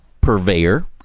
purveyor